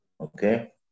okay